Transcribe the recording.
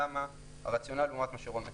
למה הרציונל הוא --- רק מה שרון מציין.